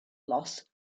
loss